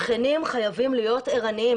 שכנים חייבים להיות ערניים.